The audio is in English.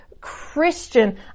Christian